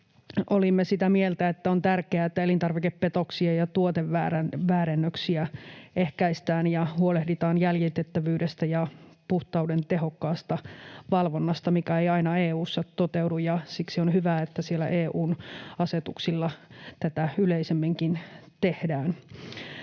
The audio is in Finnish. olimme sitä mieltä, että on tärkeää, että elintarvikepetoksia ja tuoteväärennöksiä ehkäistään ja huolehditaan jäljitettävyydestä ja puhtauden tehokkaasta valvonnasta, mikä ei aina EU:ssa toteudu, ja siksi on hyvä, että siellä EU:n asetuksilla tätä yleisemminkin tehdään.